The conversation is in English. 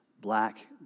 black